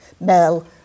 mel